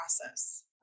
process